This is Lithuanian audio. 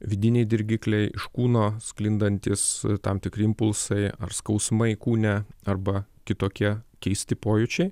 vidiniai dirgikliai iš kūno sklindantys tam tikri impulsai ar skausmai kūne arba kitokie keisti pojūčiai